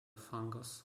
fungus